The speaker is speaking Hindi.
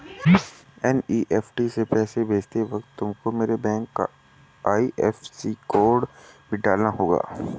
एन.ई.एफ.टी से पैसा भेजते वक्त तुमको मेरे बैंक का आई.एफ.एस.सी कोड भी डालना होगा